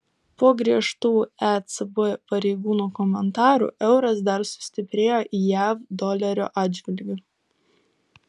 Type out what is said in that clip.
po griežtų ecb pareigūno komentarų euras dar sustiprėjo jav dolerio atžvilgiu